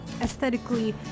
aesthetically